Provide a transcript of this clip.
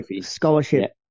scholarship